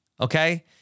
okay